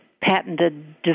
patented